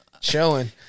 chilling